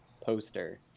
poster